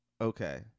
Okay